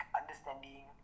understanding